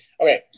Okay